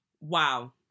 Wow